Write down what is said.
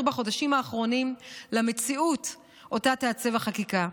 בחודשים האחרונים למציאות שאותה תעצב החקיקה.